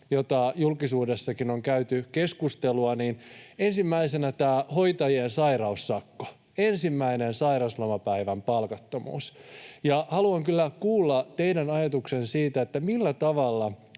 joista julkisuudessakin on käyty keskustelua. Ensimmäisenä on tämä hoitajien sairaussakko, ensimmäisen sairauslomapäivän palkattomuus. Haluan kyllä kuulla teidän ajatuksenne siitä, millä tavalla